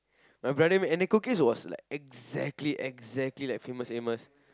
my brother make and the cookies was like exactly exactly like Famous Amos